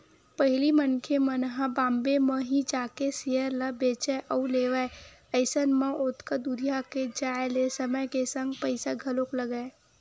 पहिली मनखे मन ह बॉम्बे म ही जाके सेयर ल बेंचय अउ लेवय अइसन म ओतका दूरिहा के जाय ले समय के संग पइसा घलोक लगय